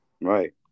Right